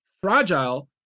fragile